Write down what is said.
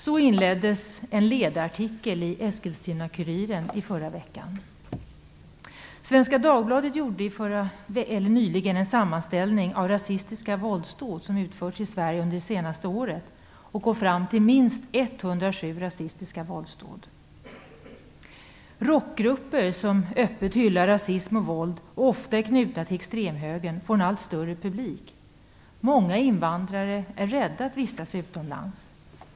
Så inleddes en ledarartikel i Eskilstuna-Kuriren i förra veckan. Svenska Dagbladet gjorde nyligen en sammanställning av rasistiska våldsdåd som utförts i Sverige under det senaste året och kom fram till minst 107 rasistiska våldsdåd. Rockgrupper som öppet hyllar rasism och våld och ofta är knutna till extremhögern får nu allt större publik. Många invandrare är rädda för att vistas utomhus.